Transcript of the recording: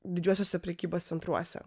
didžiuosiuose prekybos centruose